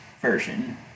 version